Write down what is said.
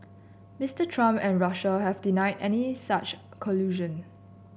Mister Trump and Russia have denied any such collusion